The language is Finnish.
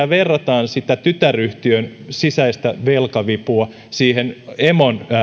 verrataan sitä tytäryhtiön sisäistä velkavipua emon